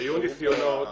היו ניסיונות